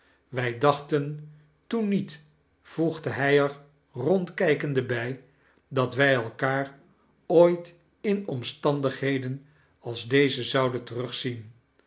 wij dachten toen niet voegde hij er rondkijkesnde bij dat wij elkaar ooi-t in omstandigheden als deze'zouden terugzien